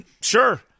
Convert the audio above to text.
Sure